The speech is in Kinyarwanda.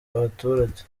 abaturage